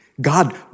God